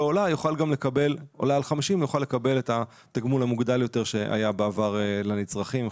עולה על 50 הוא יוכל לקבל את התגמול המוגדל יותר שהיה בעבר לנצרכים,